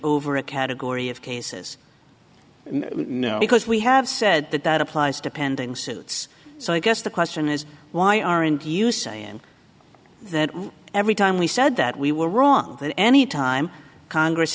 over a category of cases because we have said that that applies depending suits so i guess the question is why aren't you saying that every time we said that we were wrong that any time congress